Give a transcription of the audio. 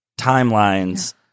timelines